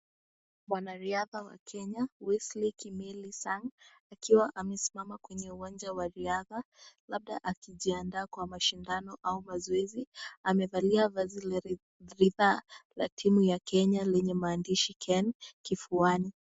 Wanariadha wa Kenya Wesley Kimeli Sang, akiwa amesemama kwenye uwanja wa riadha labda akijiandaa kwa mashindano au mazoezi, amevalia vazi la ridhaa la timu ya Kenya yenye maandishi ken kifuani.